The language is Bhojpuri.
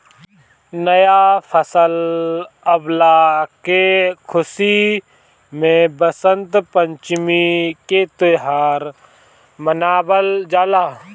नया फसल अवला के खुशी में वसंत पंचमी के त्यौहार मनावल जाला